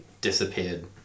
disappeared